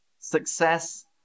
success